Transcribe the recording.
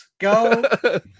Go